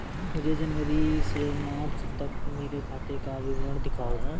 मुझे जनवरी से मार्च तक मेरे खाते का विवरण दिखाओ?